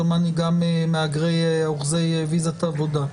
דומני גם אוחזי אשרת עבודה.